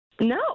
No